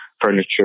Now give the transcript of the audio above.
furniture